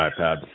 iPad